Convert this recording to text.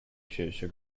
kirche